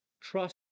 Trust